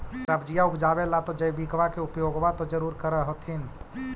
सब्जिया उपजाबे ला तो जैबिकबा के उपयोग्बा तो जरुरे कर होथिं?